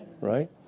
Right